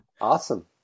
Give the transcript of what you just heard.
awesome